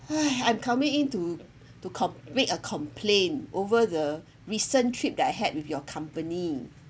hi i'm coming in to to comp~ make a complaint over the recent trip that I had with your company